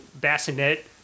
bassinet